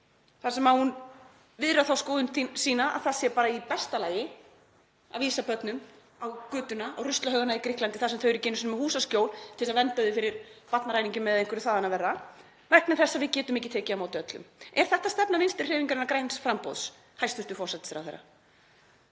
þar sem hún viðrar þá skoðun sína að það sé bara í besta lagi að vísa börnum á götuna, á ruslahaugana í Grikklandi þar sem þau eru ekki einu sinni með húsaskjól til þess að vernda þau fyrir barnaræningjum eða einhverju þaðan af verra, vegna þess að við getum ekki tekið á móti öllum. Er þetta stefna Vinstrihreyfingarinnar – græns framboðs, hæstv. forsætisráðherra?